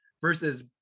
versus